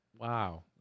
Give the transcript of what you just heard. Wow